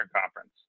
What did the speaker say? Conference